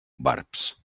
barbs